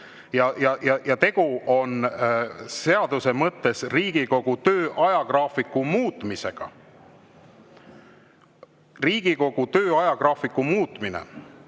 ja tegu on seaduse mõttes Riigikogu töö ajagraafiku muutmisega. "Riigikogu töö ajagraafiku muutmine"